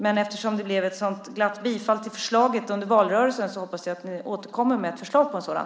Men eftersom det blev ett sådant glatt bifall till förslaget under valrörelsen hoppas jag att ni återkommer med förslag om en sådan.